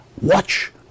watch